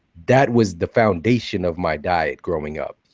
that was the foundation of my diet growing up,